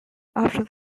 after